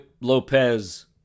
Lopez